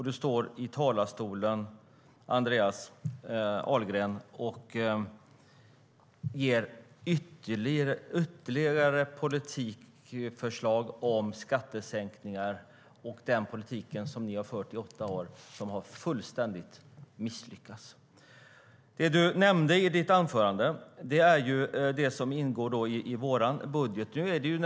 Då står du, Anders Ahlgren, i talarstolen och framför ytterligare politiska förslag om skattesänkningar och mer av den politik som ni har fört i åtta år och som fullständigt har misslyckats. Du nämnde i ditt anförande sådant som ingår i vår budget.